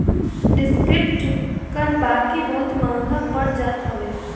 descriptive कर बाकी बहुते महंग पड़ जात हवे